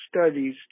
studies